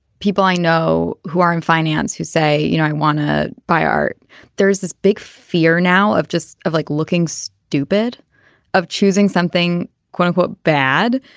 people i know who are in finance who say you know i want to buy art there is this big fear now of just like looking stupid of choosing something quote unquote bad.